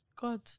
god